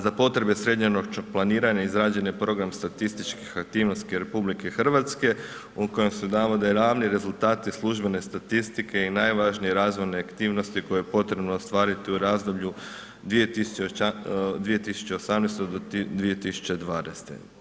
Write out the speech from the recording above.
Za potrebe srednjoročnog planiranja izrađen je program statističkih aktivnosti RH u kojem se navode ravni rezultati službene statistike i najvažnije razvojne aktivnosti koje je potrebno ostvariti u razdoblju 2018. do 2020.